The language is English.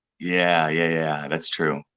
yeah yeah, that's true.